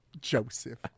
Joseph